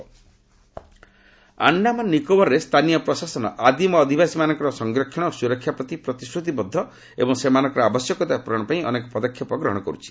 Andaman tribal Andaman ନିକୋବରରେ ସ୍ଥାନୀୟ ପ୍ରଶାସନ ଆଦିମ ଅଧିବାସୀମାନଙ୍କର ସଂରକ୍ଷଣ ଓ ସୁରକ୍ଷା ପ୍ରତି ପ୍ରତିଶ୍ରତିବଦ୍ଧ ଏବଂ ସେମାନଙ୍କର ଆବଶ୍ୟକତା ପୂରଣ ପାଇଁ ଅନେକ ପଦକ୍ଷେପ ଗ୍ରହଣ କରୁଛି